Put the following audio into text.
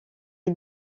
est